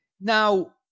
Now